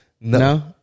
No